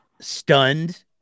Stunned